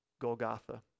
Golgotha